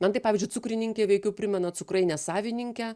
man tai pavyzdžiui cukrininkė veikiau primena cukrainės savininkę